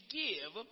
give